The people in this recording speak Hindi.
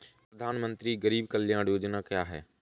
प्रधानमंत्री गरीब कल्याण योजना क्या है?